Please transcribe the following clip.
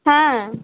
হ্যাঁ